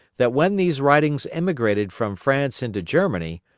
that when these writings immigrated from france into germany,